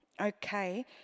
Okay